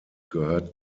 gehört